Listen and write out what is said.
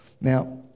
Now